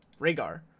Rhaegar